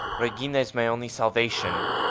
regina is my only salvation!